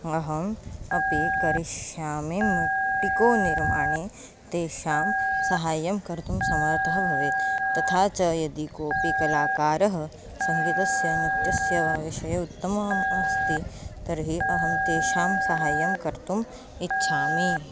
अहम् अपि करिष्यामि मुट्टिको निर्माणे तेषां सहायं कर्तुं समर्थः भवेत् तथा च यदि कोपि कलाकारः सङ्गीतस्य नृत्यस्य वा विषये उत्तमम् अस्ति तर्हि अहं तेषां सहायं कर्तुम् इच्छामि